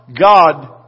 God